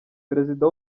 perezida